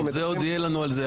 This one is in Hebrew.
טוב, עוד יהיה לנו על זה הרבה.